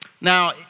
Now